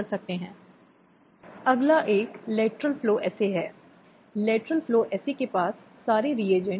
प्रक्रिया को बहुत ही सरल और बहुत ही शीघ्र बनाया गया है